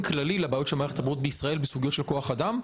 כללי לבעיות של מערכת הבריאות בישראל בסוגיות של כוח אדם,